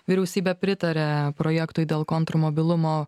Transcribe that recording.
vyriausybė pritarė projektui dėl kontrmobilumo